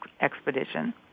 expedition